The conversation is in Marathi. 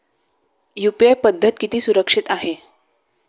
यु.पी.आय पद्धत किती सुरक्षित आहे?